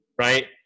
Right